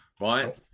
Right